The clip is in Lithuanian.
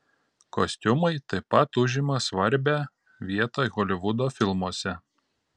kostiumai taip pat užima svarbią vietą holivudo filmuose